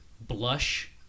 blush